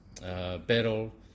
battle